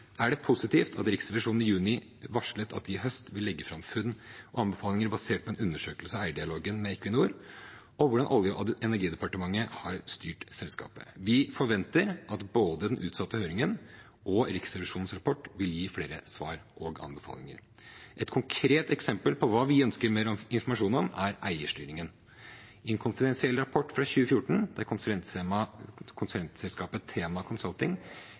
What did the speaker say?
er det positivt at Riksrevisjonen i juni varslet at de i høst vil legge fram funn og anbefalinger basert på en undersøkelse av eierdialogen med Equinor og hvordan Olje- og energidepartementet har styrt selskapet. Vi forventer at både den utsatte høringen og Riksrevisjonens rapport vil gi flere svar og anbefalinger. Et konkret eksempel på hva vi ønsker mer informasjon om, er eierstyringen. I en konfidensiell rapport fra 2014 der konsulentselskapet